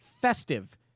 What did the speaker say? festive